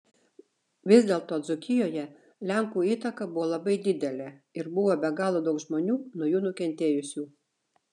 vis dėlto dzūkijoje lenkų įtaka buvo labai didelė ir buvo be galo daug žmonių nuo jų nukentėjusių